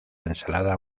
ensalada